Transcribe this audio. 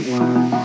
one